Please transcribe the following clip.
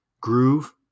groove